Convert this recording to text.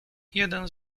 jeden